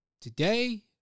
today